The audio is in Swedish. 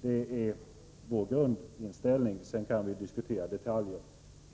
Det är vår grundinställning, sedan kan vi diskutera detaljerna.